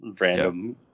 random